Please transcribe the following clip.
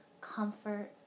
comfort